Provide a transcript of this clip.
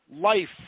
life